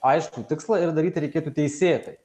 aiškų tikslą ir daryti reikėtų teisėtai